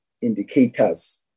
indicators